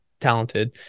talented